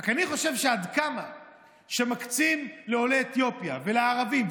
רק אני חושב שעד כמה שמקצים לעולי אתיופיה ולערבים,